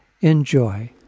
Enjoy